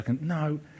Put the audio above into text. No